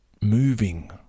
moving